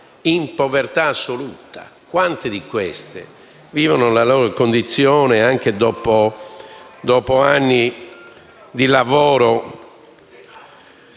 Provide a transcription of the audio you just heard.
di povertà assoluta. Quante di queste vivono la loro condizione anche dopo anni di lavoro